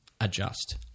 adjust